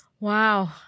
Wow